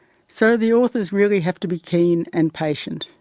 so the authors really have to be keen and patient.